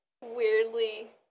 weirdly